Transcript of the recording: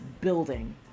building